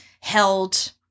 held